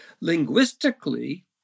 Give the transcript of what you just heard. Linguistically